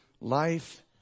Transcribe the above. Life